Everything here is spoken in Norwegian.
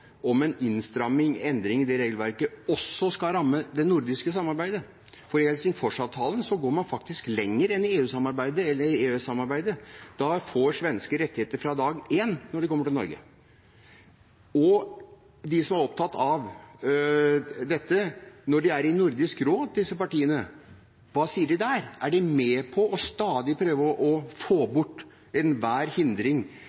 om en innstramming, en endring, i det regelverket også skal ramme det nordiske samarbeidet. For i Helsingforsavtalen går man faktisk lenger enn i EU-samarbeidet eller EØS-samarbeidet. Da får svensker rettigheter fra dag én når de kommer til Norge. Og disse partiene, som er opptatt av dette når de er i Nordisk råd, hva sier de der? Er de med på stadig å prøve å få bort enhver hindring